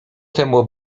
temu